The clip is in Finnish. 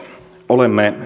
olemme